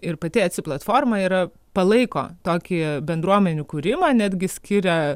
ir pati etsi platforma yra palaiko tokį bendruomenių kūrimą netgi skiria